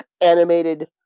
animated